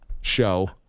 show